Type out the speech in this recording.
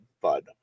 bud